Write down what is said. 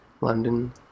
london